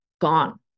gone